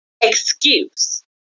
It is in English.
excuse